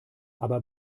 aber